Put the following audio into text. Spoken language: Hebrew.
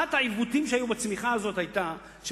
אחד העיוותים שהיו בצמיחה הזאת היה שפירות